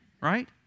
Right